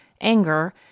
anger